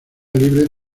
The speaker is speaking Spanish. libre